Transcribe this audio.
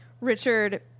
Richard